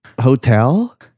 hotel